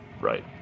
Right